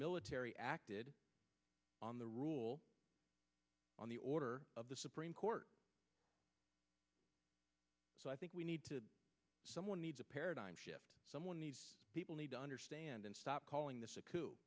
military acted on the rule on the order of the supreme court so i think we need to someone needs a paradigm shift someone needs people need to understand and stop calling this a coup